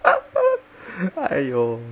!aiyo!